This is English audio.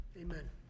Amen